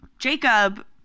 Jacob